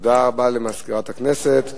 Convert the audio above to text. תודה רבה למזכירת הכנסת.